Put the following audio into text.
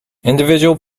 individual